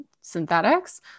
synthetics